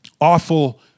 Awful